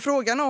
Frågan